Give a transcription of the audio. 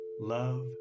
Love